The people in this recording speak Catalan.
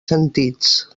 sentits